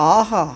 ஆஹா